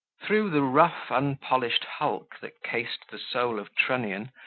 through the rough unpolished hulk that cased the soul of trunnion,